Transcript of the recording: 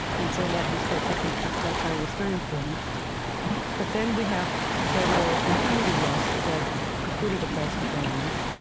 and so in that respect, i think that that trial was very important but then we have several impunity laws that precluded the trials to go on,